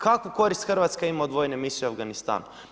Kakvu korist Hrvatska ima od vojne misije u Afganistanu?